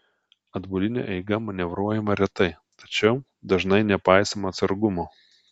atbuline eiga manevruojama retai tačiau dažnai nepaisoma atsargumo